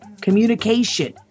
communication